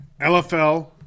LFL